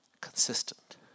Consistent